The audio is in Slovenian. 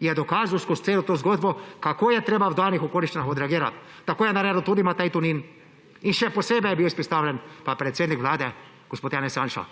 je dokazal skozi celo to zgodbo, kako je treba v danih okoliščinah odreagirati. Tako je naredil tudi Matej Tonin in še posebej je bil izpostavljen pa predsednik Vlade, gospod Janez Janša,